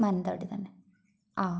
മാനന്തവാടി തന്നെ ആ